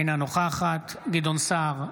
אינה נוכחת גדעון סער,